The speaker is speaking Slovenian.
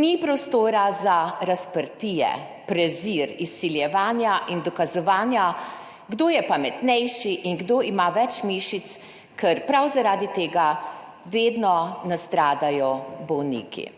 Ni prostora za razprtije, prezir, izsiljevanja in dokazovanja, kdo je pametnejši in kdo ima več mišic, ker prav zaradi tega vedno nastradajo bolniki.